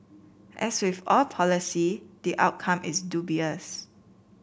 as with all policy the outcome is dubious